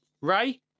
Ray